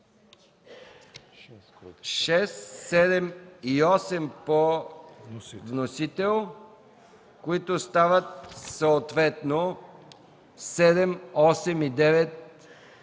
6, 7 и 8 по вносител, които стават съответно параграфи